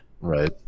right